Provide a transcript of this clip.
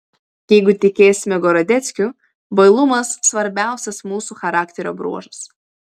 jeigu tikėsime gorodeckiu bailumas svarbiausias mūsų charakterio bruožas